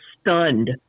stunned